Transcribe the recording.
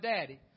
daddy